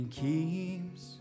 keeps